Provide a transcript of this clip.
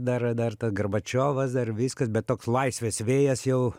dar dar ta gorbačiovas dar viskas bet toks laisvės vėjas jau